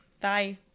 Bye